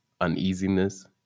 uneasiness